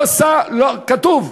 כתוב,